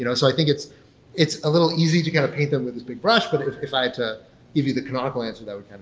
you know so i think it's it's a little easy to kind of paint them with this big brush. but if if i had to give you the canonical answer, that would kind